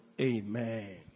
Amen